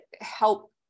help